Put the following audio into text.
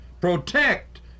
protect